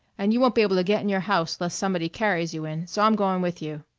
and you won't be able to get in your house less somebody carries you in, so i'm going with you,